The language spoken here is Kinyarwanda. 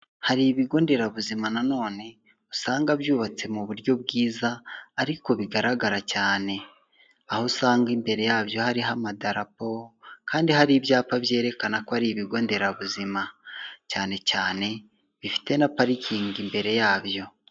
Hari ibigo nderabuzima na none usanga byubatse mu buryo bwiza ariko bigaragara cyane, aho usanga imbere yabyo hariho amadarapo, kandi hari ibyapa byerekana ko ari ibigo nderabuzima, cyane cyane bifite na parikingi imbere yabyo.